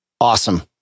Awesome